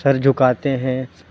سر جُھکاتے ہیں